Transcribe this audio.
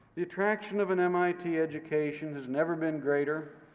the attraction of an mit education has never been greater.